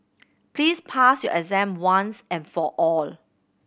please pass your exam once and for all